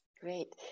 Great